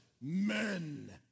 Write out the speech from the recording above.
men